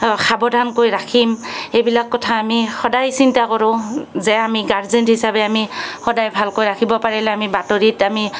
সাৱধান কৰি ৰাখিম এইবিলাক কথা আমি সদায় চিন্তা কৰোঁ যে আমি গাৰ্জেন হিচাপে আমি সদায় ভালকৈ ৰাখিব পাৰিলে আমি বাতৰিত আমি